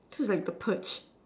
like the purge